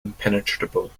impenetrable